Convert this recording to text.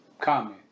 comment